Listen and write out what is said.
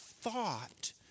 thought